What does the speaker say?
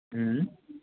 ہوں